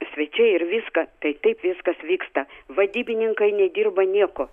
svečiai ir viską tai taip viskas vyksta vadybininkai nedirba nieko